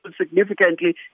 significantly